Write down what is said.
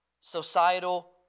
Societal